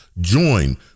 Join